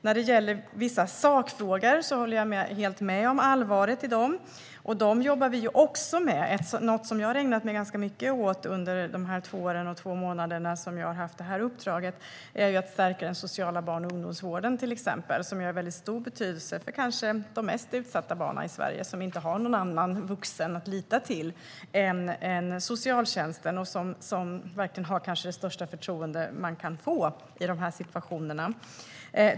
När det gäller vissa sakfrågor instämmer jag helt i allvaret i dem. Dessa jobbar vi också med. Något som jag har ägnat mig ganska mycket åt under de två år och två månader som jag haft det här uppdraget är att stärka den sociala barn och ungdomsvården. Den är av mycket stor betydelse för de mest utsatta barnen i Sverige, vilka inte har någon annan att lita till än socialtjänsten, som har det kanske största förtroende man kan få i de här situationerna.